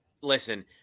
listen